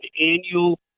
annual